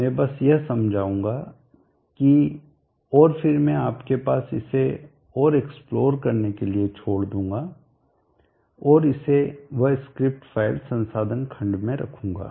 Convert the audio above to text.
मैं बस यह समझाऊंगा की और फिर मैं आपके पास इसे और एक्स्प्लोर करने के लिए छोड़ दूंगा और इसे वह स्क्रिप्ट फ़ाइल संसाधन खंड में रखूंगा